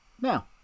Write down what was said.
Now